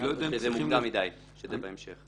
או שזה מוקדם מדי, שזה בהמשך.